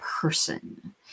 person